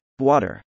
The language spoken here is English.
Water